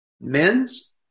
men's